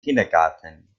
kindergarten